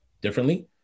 differently